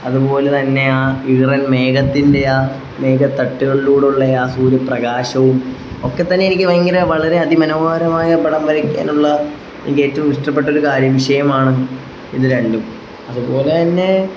അതുപോലെതന്നെ ആ ഈറൻ മേഘത്തിൻ്റെ ആ മേഘത്തട്ടുകളിലൂടുള്ളയാ സൂര്യപ്രകാശവും ഒക്കെത്തന്നെ എനിക്ക് ഭയങ്കര വളരെ അതിമനോഹരമായ പടം വരയ്ക്കാനുള്ള എനിക്കേറ്റവും ഇഷ്ടപ്പെട്ടൊരു കാര്യം വിഷയമാണ് ഇതു രണ്ടും അതുപോലെതന്നെ